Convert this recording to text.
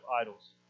idols